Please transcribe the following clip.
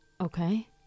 Okay